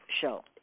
show